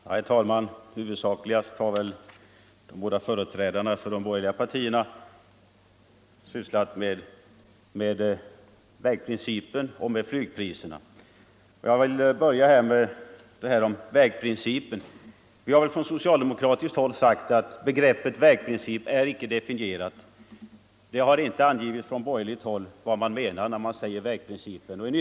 Herr talman! De båda företrädarna för de borgerliga partierna har i sina anföranden huvudsakligen sysslat med vägprincipen och flygpriserna. Jag vill börja med att ta upp den s.k. vägprincipen. Vi har från socialdemokratiskt håll sagt att begreppet vägprincip inte är definierat. Det har från borgerligt håll inte angivits vad man menar med det.